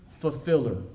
Fulfiller